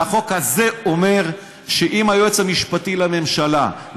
והחוק הזה אומר שאם היועץ המשפטי לממשלה,